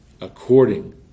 According